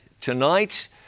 Tonight